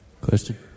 Question